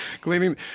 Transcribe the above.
cleaning